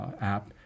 app